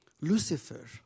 Lucifer